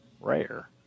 rare